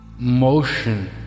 Motion